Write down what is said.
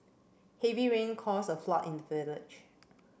heavy rain caused a flood in the village